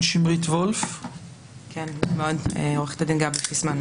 שמרית וולף ועורכת הדין גברי פיסמן.